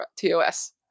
TOS